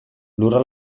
lurra